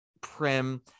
prim